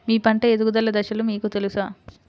మీ పంట ఎదుగుదల దశలు మీకు తెలుసా?